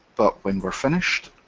but when we're finished